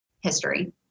history